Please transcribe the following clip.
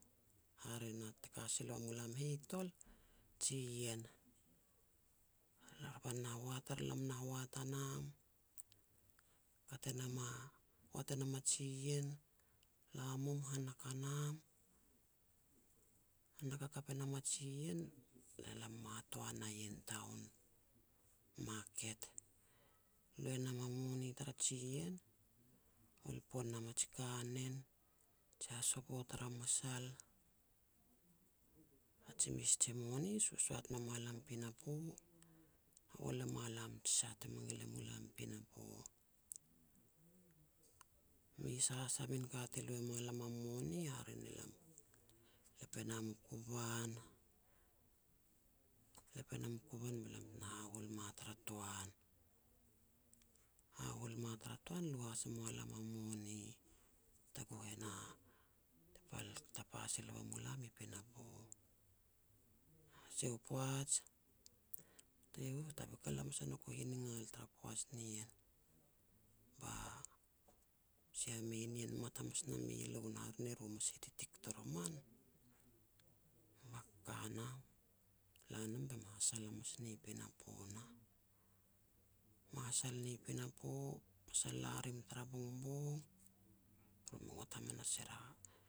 hare na te ka sila ua mu lam e heh i tol, jiien. Revan na hoat ar, lam na hoat a nam, kat e nam hoat e nam a jiien, la mum hanak a nam. Hanak hakap e nam a jiien, ne lam ma hatoan a ien town, market. Lu e nam a moni tara jiien, hol pon nam a ji kanen, ji hasiko tara masal, na ji mes ji moni sosoat me mua lam pinapo, na hol e mua lam ji sah te mangil e mu lam pinapo. Mes has a min ka te lui e mua lam a moni, hare ne lam lep e nam u kuban, lep e nam u kuban be lam tena hahol mua tara toan. Hahol mua tara toan lu has e mua lam a moni, taguh e na te pal tapa sila wa mulam i pinapo. Sia u poaj, tei u tabikal hamas e nouk u hiningal tara poaj nien, ba sia meinien mat hamas nam i loun, hare ne ru mas hititik toroman. Ma ka nah, la nam be me hasal hamas ni pinapo nah. Me hasal ni pinapo, masal la rim tara bongbong, ru me ngot hamas er a